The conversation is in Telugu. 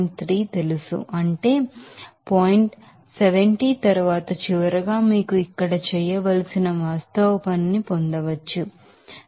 3 తెలుసు అంటే పాయింట్ 70 తరువాత చివరగా మీరు ఇక్కడ చేయవలసిన వాస్తవ పనిని పొందవచ్చు 74